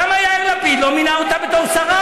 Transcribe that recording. למה יאיר לפיד לא מינה אותה לשרה?